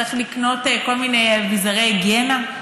צריך לקנות כל מיני אביזרי היגיינה,